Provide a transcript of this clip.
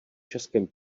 českém